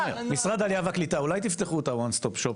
משרד העלייה והקליטה אולי תפתחו את ה-ONE STOP SHOP